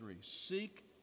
Seek